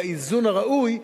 לאיזון הראוי.